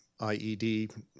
IED